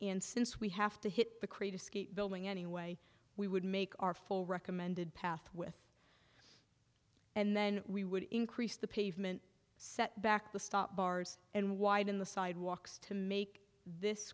and since we have to hit the creative building anyway we would make our full recommended path with and then we would increase the pavement set back the stop bars and widen the sidewalks to make this